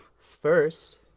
First